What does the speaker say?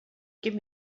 give